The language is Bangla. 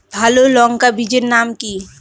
ভালো লঙ্কা বীজের নাম কি?